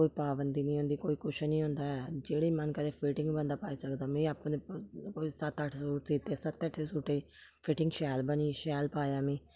कोई पाबंदी निं होंदी कोई कुछ निं होंदा ऐ जेह्ड़े मन करै फिटिंग बंदा पाई सकदा में अपने कोई सत्त अट्ठ सूट सीते सत्तें अट्ठें सूटें दी फिटिंग शैल बनी शैल पाया ऐ में